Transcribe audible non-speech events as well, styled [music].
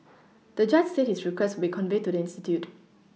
[noise] the judge said his request would be conveyed to the institute